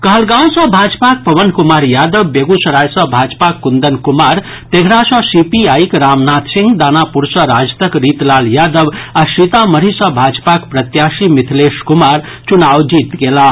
कहलगांव सॅ भाजपाक पवन कुमार यादव बेगूसराय सॅ भाजपाक कुंदन कुमार तेघड़ा सॅ सीपीआईक रामनाथ सिंह दानापुर सॅ राजदक रितलाल यादव आ सीतामढ़ी सॅ भाजपाक प्रत्याशी मिथिलेश कुमार चुनाव जीत गेलाह